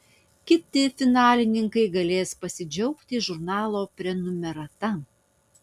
kiti finalininkai galės pasidžiaugti žurnalo prenumerata